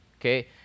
Okay